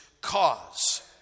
cause